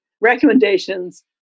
recommendations